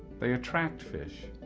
they attract fish.